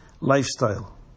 lifestyle